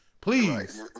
please